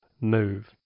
move